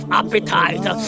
appetite